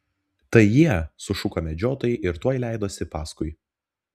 tai jie sušuko medžiotojai ir tuoj leidosi paskui